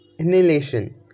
inhalation